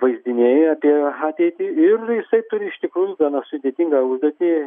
vaizdiniai apie ateitį ir jisai turi iš tikrųjų gana sudėtingą užduotį